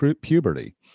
puberty